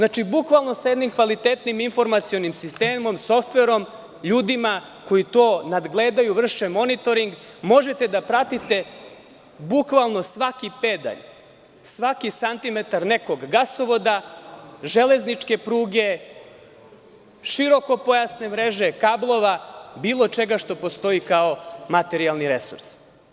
Dakle, bukvalno sa jednim kvalitetnim informacionim sistemom i softverom, ljudima koji to nadgledaju, vrše monitoring, možete da pratite bukvalno svaki pedalj, svaki santimetar nekog gasovoda, železničke pruge, širokopojasne mreže kablova, bilo čega što postoji kao materijalni resurs.